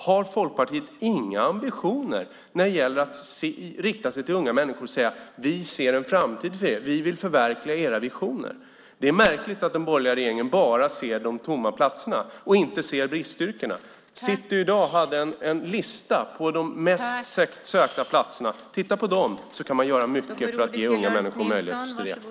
Har Folkpartiet inga ambitioner när det gäller att rikta sig till unga människor och säga: Vi ser en framtid för er! Vi vill förverkliga era ambitioner! Det är märkligt att den borgerliga regeringen bara ser de tomma platserna och inte ser bristyrkena. City hade i dag en lista över de mest sökta platserna. Titta på den! Där kan man göra mycket för att ge unga människor möjlighet att studera.